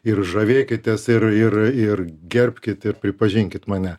ir žavėkitės ir ir ir gerbkit ir pripažinkit mane